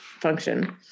function